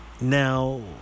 Now